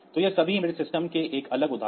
तो ये सभी एम्बेडेड सिस्टम के एक अलग उदाहरण हैं